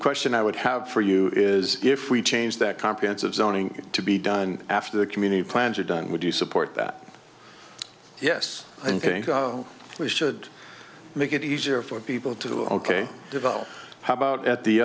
question i would have for you is if we change that comprehensive zoning to be done after the community plans are done would you support that yes i think we should make it easier for people to ok deval how about at the